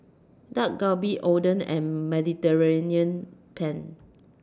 Dak Galbi Oden and Mediterranean Penne